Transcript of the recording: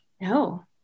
No